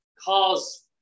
cause